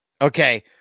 Okay